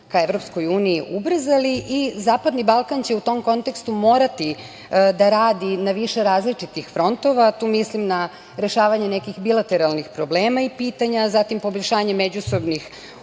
ka EU ubrzali i zapadni Balkan će u tom kontekstu morati da radi na više različitih frontova. Tu mislim na rešavanje nekih bilateralnih problema i pitanja, zatim, poboljšanje međusobnih odnosa